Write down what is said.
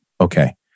Okay